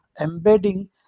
embedding